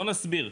בוא נסביר,